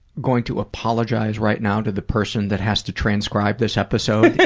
going to apologize right now to the person that has to transcribe this episode.